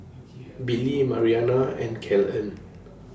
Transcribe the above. Billie Mariana and Kellen